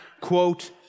quote